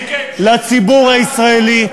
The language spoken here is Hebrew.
לציבור הישראלי,